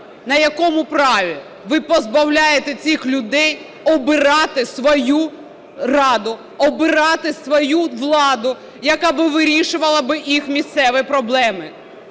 На якому праві ви позбавляєте цих людей обирати свою раду, обирати свою владу, яка би вирішувала їх місцеві проблеми?